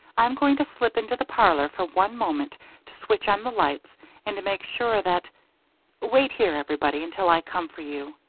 i'm going to slip into the parlor for one moment to switch on the lights and to make sure that wait here, everybody, until i come for you.